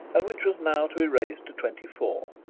and which was now to be raised to twenty-four,